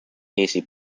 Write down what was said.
casey